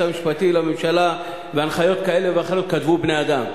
המשפטי לממשלה והנחיות כאלה ואחרות כתבו בני-אדם,